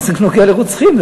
מה זה נוגע לרוצחים?